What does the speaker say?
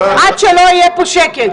עד שלא יהיה פה שקט.